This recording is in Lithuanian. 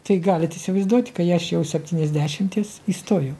tai galit įsivaizduoti kai aš jau septyniasdešimties įstojau